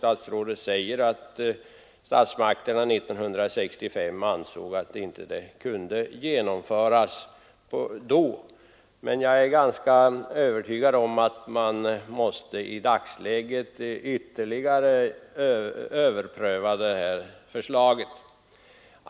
Statsrådet säger att statsmakterna 1965 ansåg att ett förbud av detta slag inte kunde införas då, men jag är ganska övertygad om att man i dagsläget måste ytterligare ompröva detta förslag.